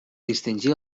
distingir